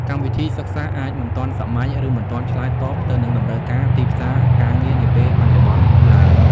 កម្មវិធីសិក្សាអាចមិនទាន់សម័យ ឬមិនទាន់ឆ្លើយតបទៅនឹងតម្រូវការទីផ្សារការងារនាពេលបច្ចុប្បន្នឡើយ។